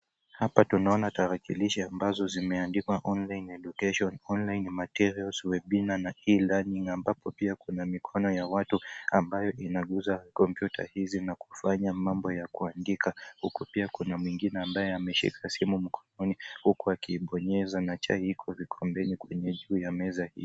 Hapa tunaona tarakilishi ambazo zimeandikwa online education, online materials, webinar na e-learning ambapo pia kuna mikono ya watu ambayo inagusa kompyuta hizi na kufanya mambo ya kuandika huku pia kuna mwingine ambaye ameshika simu mkononi huku akiibonyeza na chai iko vikombeni kwenye juu ya meza hii.